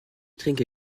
trinke